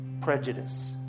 prejudice